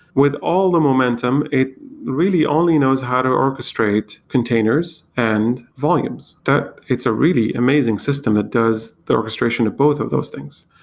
with all the momentum, it really only knows how to orchestrate containers and volumes, that it's a really amazing system that does the orchestration of both of those things.